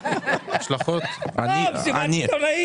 לא, מסיבת עיתונאים.